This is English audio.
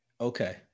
Okay